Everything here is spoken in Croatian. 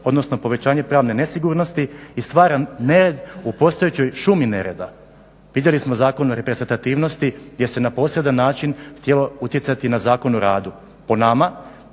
odnosno povećanje pravne nesigurnosti i stvara nered u postojećoj šumi nereda. Vidjeli smo Zakon o reprezentativnosti gdje se na posredan način htjelo utjecati na Zakon o radu. Po nama